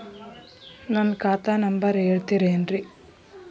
ನನ್ನ ಖಾತಾ ನಂಬರ್ ಹೇಳ್ತಿರೇನ್ರಿ?